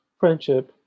friendship